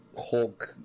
Hulk